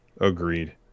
Agreed